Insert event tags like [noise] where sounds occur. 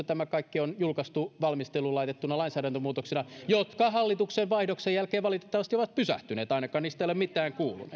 [unintelligible] tämä kaikki on julkaistu valmisteluun laitettuna lainsäädäntömuutoksena jotka hallituksen vaihdoksen jälkeen valitettavasti ovat pysähtyneet ainakaan niistä ei ole mitään kuulunut [unintelligible]